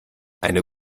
eine